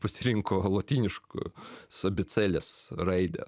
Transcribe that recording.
pasirinko lotyniškos abėcėlės raidę